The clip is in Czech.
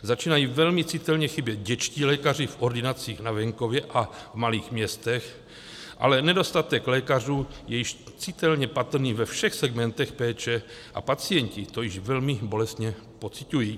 Začínají velmi citelně chybět dětští lékaři v ordinacích na venkově a v malých městech, ale nedostatek lékařů je již citelně patrný ve všech segmentech péče a pacienti to již velmi bolestně pociťují.